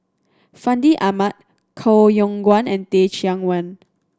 Fandi Ahmad Koh Yong Guan and Teh Cheang Wan